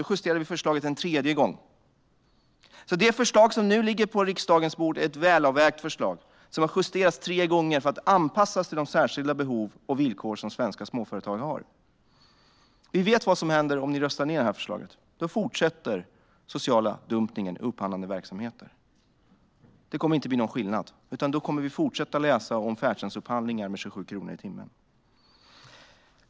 Då justerade vi förslaget en tredje gång. Det förslag som nu ligger på riksdagens bord är ett välavvägt förslag som har justerats tre gånger för att anpassas till de särskilda behov och villkor som svenska småföretag har. Vi vet vad som händer om ni röstar ned förslaget. Då fortsätter den sociala dumpningen i upphandlade verksamheter. Det kommer inte att bli någon skillnad. Då kommer vi fortsätta att läsa om färdtjänstupphandlingar för 27 kronor i timmen. Herr talman!